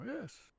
Yes